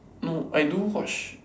no I do watch